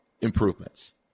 improvements